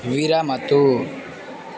विरमतु